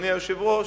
אדוני היושב-ראש,